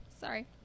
Sorry